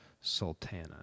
Sultana